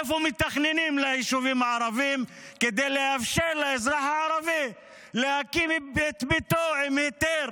איפה מתכננים לאפשר לאזרח הערבי להקים את ביתו עם היתר,